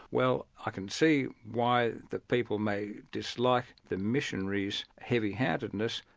well i can see why the people may dislike the missionaries heavy-handedness,